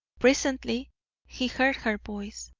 presently he heard her voice